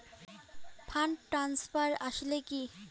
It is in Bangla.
ফান্ড ট্রান্সফার আসলে কী?